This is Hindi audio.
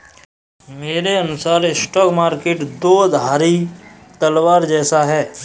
मेरे अनुसार स्टॉक मार्केट दो धारी तलवार जैसा है